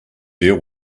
deal